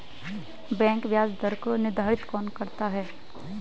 Bank ब्याज दर को निर्धारित कौन करता है?